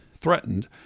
threatened